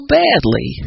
badly